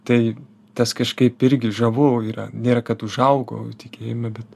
tai tas kažkaip irgi žavu yra nėra kad užaugo tikėjime bet